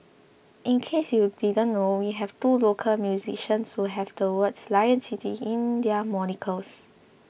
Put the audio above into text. in case you didn't know we have two local musicians who have the words Lion City in their monikers